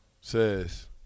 says